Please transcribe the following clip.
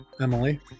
Emily